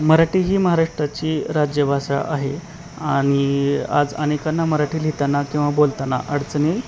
मराठी ही महाराष्ट्राची राज्यभाषा आहे आणि आज अनेकांना मराठी लिहिताना किंवा बोलताना अडचणी